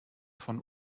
von